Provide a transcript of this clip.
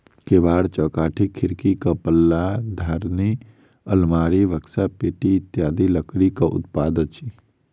केबाड़, चौखटि, खिड़कीक पल्ला, धरनि, आलमारी, बकसा, पेटी इत्यादि लकड़ीक उत्पाद अछि